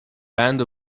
band